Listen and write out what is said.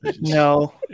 No